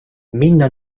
minna